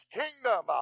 kingdom